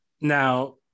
Now